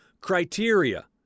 criteria